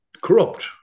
corrupt